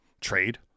trade